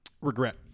Regret